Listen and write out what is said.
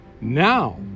Now